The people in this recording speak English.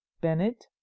Bennett